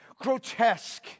grotesque